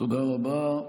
תודה רבה.